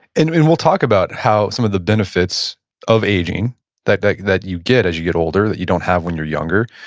and and we'll talk about how some of the benefits of aging that that you get as you get older that you don't have when you're younger.